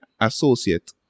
associate